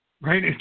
right